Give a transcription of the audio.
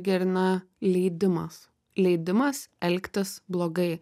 gerina leidimas leidimas elgtis blogai